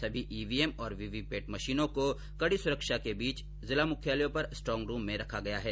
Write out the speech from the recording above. सभी ईवीएम और वीवीपैट मशीनों को कड़ी सुरक्षा के बीच जिला मुख्यालयों पर स्ट्रोंग रूम में रखा गया है